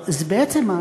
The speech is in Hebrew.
בעצם,